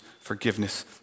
Forgiveness